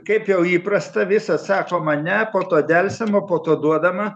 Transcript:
kaip jau įprasta visad sakoma ne po to delsiama po to duodama